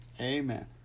Amen